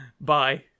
Bye